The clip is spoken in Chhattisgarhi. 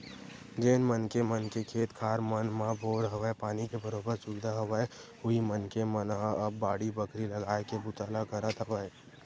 जेन मनखे मन के खेत खार मन म बोर हवय, पानी के बरोबर सुबिधा हवय उही मनखे मन ह अब बाड़ी बखरी लगाए के बूता ल करत हवय